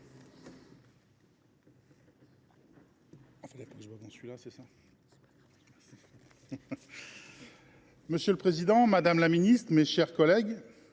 Monsieur le président, madame la ministre, mes chers collègues,